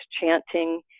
chanting